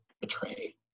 betray